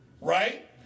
right